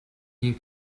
you